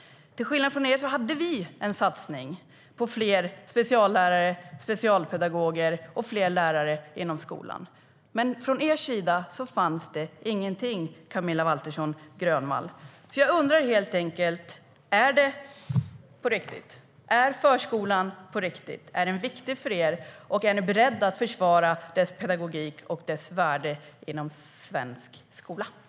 Till skillnad från er hade vi en satsning på fler speciallärare och specialpedagoger - fler lärare inom skolan. Men från er sida fanns det ingenting, Camilla Waltersson Grönvall.